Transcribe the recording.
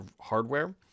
hardware